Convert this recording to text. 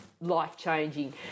life-changing